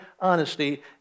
honesty